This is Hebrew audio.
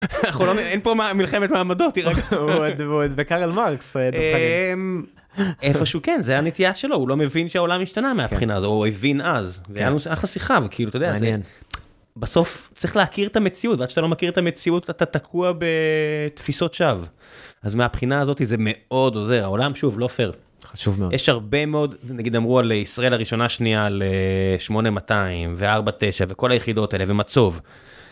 אין פה מלחמת מעמדות, איפה שהוא כן זה הנטייה שלו הוא לא מבין שהעולם השתנה מהבחינה הזו הוא הבין אז, בסוף צריך להכיר את המציאות ועד שאתה לא מכיר את המציאות אתה תקוע בתפיסות שווא, אז מהבחינה הזאת זה מאוד עוזר העולם שוב לא פר, יש הרבה מאוד נגיד אמרו על ישראל הראשונה שנייה על 8200 ו 49 וכל היחידות האלה ומצוב.